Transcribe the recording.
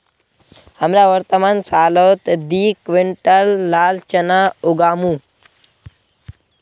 हमरा वर्तमान सालत दी क्विंटल लाल चना उगामु